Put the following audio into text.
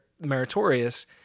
meritorious